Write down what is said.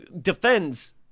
defends